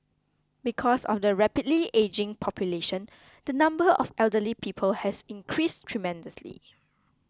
because of the rapidly ageing population the number of elderly people has increased tremendously